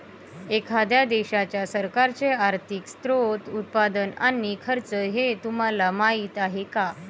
एखाद्या देशाच्या सरकारचे आर्थिक स्त्रोत, उत्पन्न आणि खर्च हे तुम्हाला माहीत आहे का